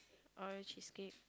Oreo cheesecake